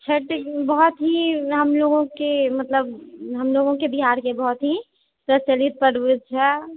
छठि बहुत ही हमलोगो के मतलब हम लोगो के बिहार के बहुत ही प्रचलित पर्व छै